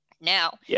Now